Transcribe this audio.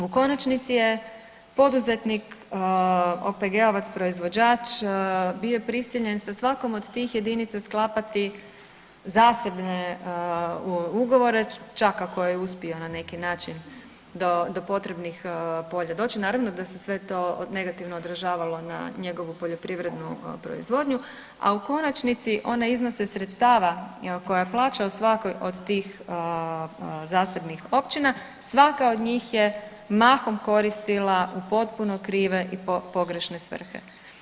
U konačnici je poduzetnik OPG-ovac proizvođač bio prisiljen sa svakom od tih jedinica sklapati zasebne ugovore, čak ako je uspio na neki način do potrebnih polja doći, naravno da se sve to negativno odražavalo na njegovu poljoprivrednu proizvodnju, a u konačnici one iznose sredstava koja plaćao svakoj od tih zasebnih općina svaka od njih je mahom koristila u potpuno krive i pogrešne svrhe.